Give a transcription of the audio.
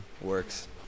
works